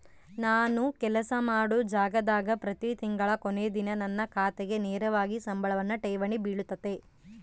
ನಾನು ಕೆಲಸ ಮಾಡೊ ಜಾಗದಾಗ ಪ್ರತಿ ತಿಂಗಳ ಕೊನೆ ದಿನ ನನ್ನ ಖಾತೆಗೆ ನೇರವಾಗಿ ಸಂಬಳವನ್ನು ಠೇವಣಿ ಬಿಳುತತೆ